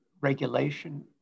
regulation